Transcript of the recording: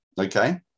okay